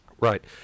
Right